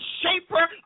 shaper